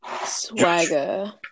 Swagger